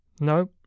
No